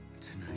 Tonight